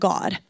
God